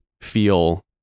feel